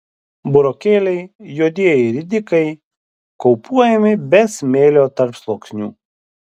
burokėliai juodieji ridikai kaupuojami be smėlio tarpsluoksnių